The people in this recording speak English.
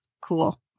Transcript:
Cool